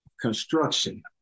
Construction